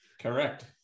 Correct